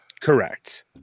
correct